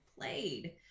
played